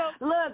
Look